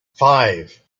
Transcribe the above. five